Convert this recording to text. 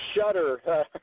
shudder